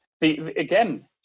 Again